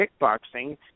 kickboxing